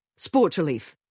Sportsrelief